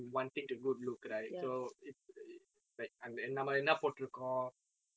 wanting to good look right so it's like நம்ம என்ன போட்டுருக்கோம்:namma enna potturukkom